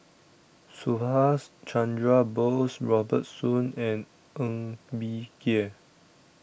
Subhas Chandra Bose Robert Soon and Ng Bee Kia